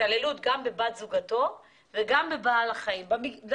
גם בבת זוגו וגם בכלב.